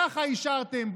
ככה אישרתם,